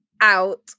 out